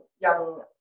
young